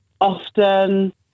often